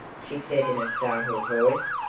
she said in a startled voice.